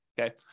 Okay